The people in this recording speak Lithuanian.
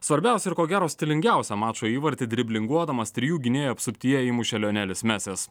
svarbiausią ir ko gero stilingiausią mačo įvartį driblinguodamas trijų gynėjų apsuptyje įmušė lionelis mesis